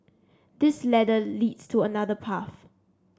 this ladder leads to another path